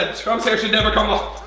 trump's hair should never come off.